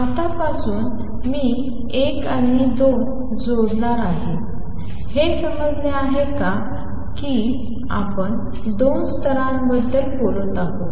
आतापासून मी 1 आणि 2 सोडणार आहे हे समजले आहे का कि आपण दोन स्तरांबद्दल बोलत आहोत